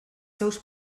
seus